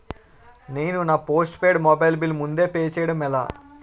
నేను నా postpaid mobile bill ముందే పే చేయడం ఎలా?